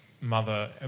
mother